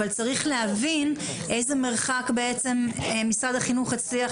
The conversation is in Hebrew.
אבל צריך להבין איזה מרחק בעצם משרד החינוך הצליח